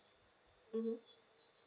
mm